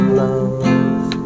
love